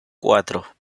cuatro